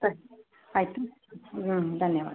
ಸರಿ ಆಯಿತು ಹ್ಞೂಂ ಧನ್ಯವಾದ